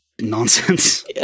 nonsense